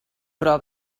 però